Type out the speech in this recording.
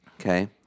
Okay